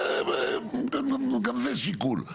גם זה שיקול.